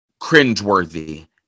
cringeworthy